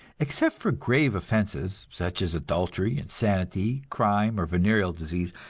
except for grave offenses, such as adultery, insanity, crime or venereal disease,